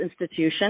institution